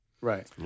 Right